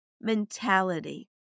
mentality